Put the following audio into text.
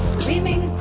Screaming